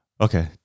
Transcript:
okay